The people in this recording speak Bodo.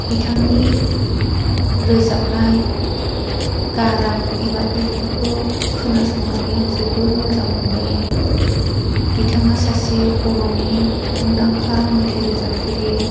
बिथांनि रोजाबनाय गारां एबा देंखोखौ खोनासंनानै आं जोबोर मोजां मोन्दों बिथाङा सासे बर'नि मुंदांखा मेथाइ रोजाबगिरि